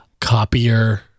copier